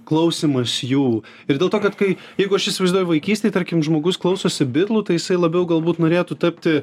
klausymas jų ir dėl to kad kai jeigu aš įsivaizduoju vaikystėj tarkim žmogus klausosi bitlų tai jisai labiau galbūt norėtų tapti